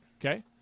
Okay